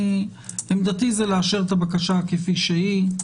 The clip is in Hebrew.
עמדתי היא לאשר את הבקשה כפי שהיא.